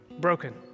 broken